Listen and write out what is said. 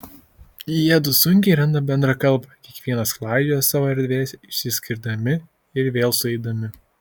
jiedu sunkiai randa bendrą kalbą kiekvienas klaidžioja savo erdvėse išsiskirdami ir vėl sueidami